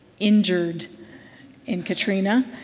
injured in katrina.